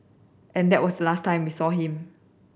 and that was the last time we saw him